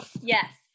Yes